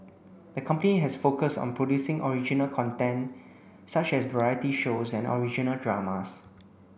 the company has focused on producing original content such as variety shows and original dramas